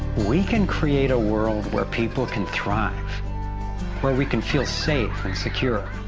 we can create a world where people can thrive where we can feel safe and secure,